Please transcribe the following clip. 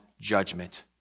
judgment